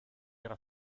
era